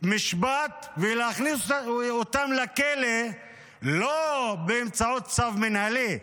משפט ולהכניס אותם לכלא לא באמצעות צו מינהלי,